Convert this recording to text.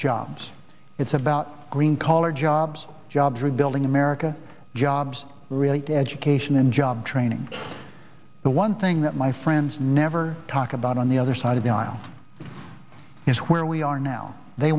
jobs it's about green collar jobs jobs rebuilding america jobs really education and job training the one thing that my friends never talk about on the other side of the aisle is where we are now they